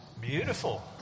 Beautiful